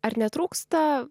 ar netrūksta